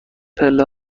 پله